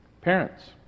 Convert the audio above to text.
parents